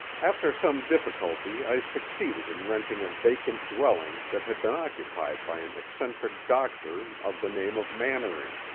after some difficulty i succeeded in renting a vacant dwelling that had been occupied by an eccentric doctor of the name of mannering,